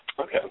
Okay